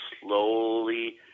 slowly